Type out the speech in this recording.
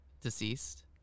deceased